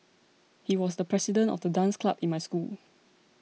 he was the president of the dance club in my school